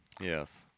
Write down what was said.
Yes